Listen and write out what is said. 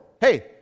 Hey